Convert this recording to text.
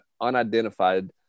unidentified –